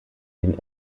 den